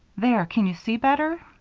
there! can you see better?